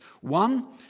One